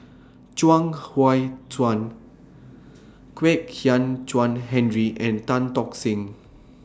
Chuang Hui Tsuan Kwek Hian Chuan Henry and Tan Tock Seng